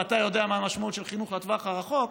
ואתה יודע מה המשמעות של חינוך לטווח הארוך,